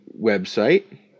website